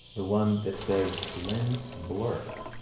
the one that says lens blur.